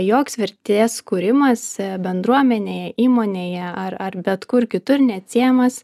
joks vertės kūrimas bendruomenėje įmonėje ar bet kur kitur neatsiejamas